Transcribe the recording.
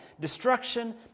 Destruction